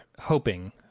hoping